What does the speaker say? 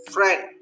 Friend